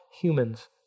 humans